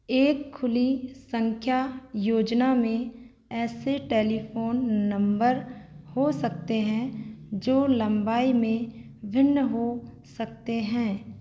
एक खुली सँख्या योजना में ऐसे टेलीफ़ोन नम्बर हो सकते हैं जो लम्बाई में भिन्न हो सकते हैं